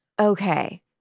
Okay